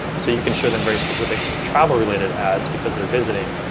so you can show them very specific travel related ads because they're visiting,